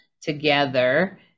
together